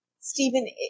Stephen